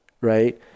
right